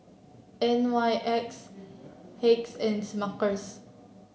N Y X Hacks and Smuckers